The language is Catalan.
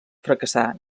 fracassar